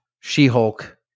She-Hulk